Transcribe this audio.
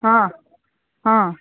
ಹಾಂ ಹಾಂ